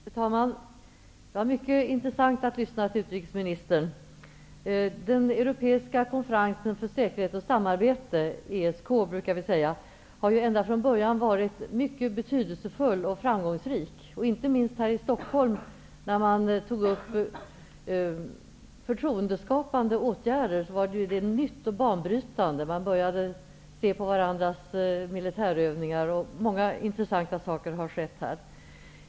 Fru talman! Det var mycket intressant att lyssna till utrikesministern. Den europeiska konferensen för säkerhet och samarbete -- ESK brukar vi säga -- har ju ända från början varit mycket betydelsefull och framgångsrik, inte minst här i Stockholm. När man tog upp förtroendeskapande åtgärder, var det nytt och banbrytande -- man började se på varandras militärövningar. Många intressanta saker har skett här.